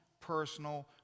personal